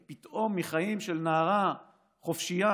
כי פתאום מחיים של נערה חופשייה,